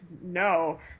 no